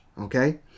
okay